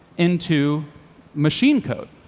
into machine code,